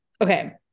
Okay